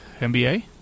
NBA